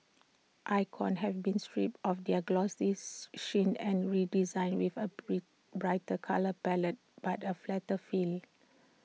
icons have been stripped of their glossy sheen and redesigned with A brighter colour palette but A flatter feel